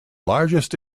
largest